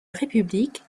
république